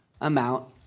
amount